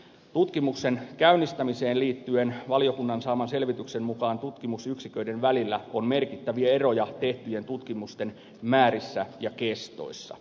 tutkimuksen käynnistämiseen liittyen valiokunnan saaman selvityksen mukaan tutkimusyksiköiden välillä on merkittäviä eroja tehtyjen tutkimusten määrissä ja kestoissa